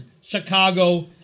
Chicago